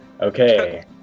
Okay